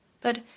But